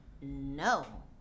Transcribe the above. no